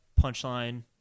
punchline